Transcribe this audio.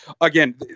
Again